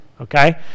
okay